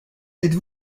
êtes